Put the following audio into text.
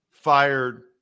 fired